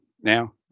now